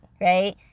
right